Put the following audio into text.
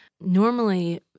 normally